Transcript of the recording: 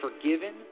forgiven